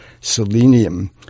Selenium